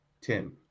Tim